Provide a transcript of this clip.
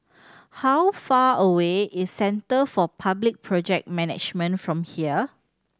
how far away is Centre for Public Project Management from here